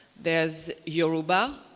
there's uroba,